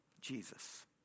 Jesus